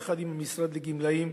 יחד עם המשרד לגמלאים,